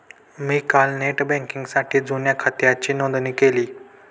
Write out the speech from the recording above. मी काल नेट बँकिंगसाठी जुन्या खात्याची नोंदणी केली